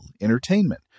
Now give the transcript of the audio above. entertainment